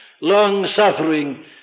long-suffering